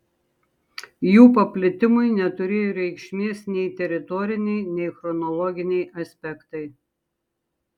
jų paplitimui neturėjo reikšmės nei teritoriniai nei chronologiniai aspektai